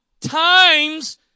times